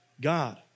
God